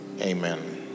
Amen